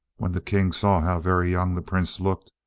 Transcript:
when the king saw how very young the prince looked,